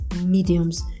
mediums